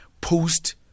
post